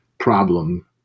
problem